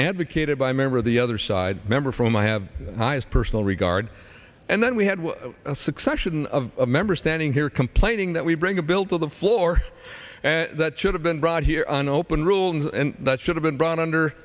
advocated by member of the other side member from i have highest personal regard and then we had a succession of members standing here complaining that we bring a bill to the floor that should have been brought here on open rules and that should have been brought under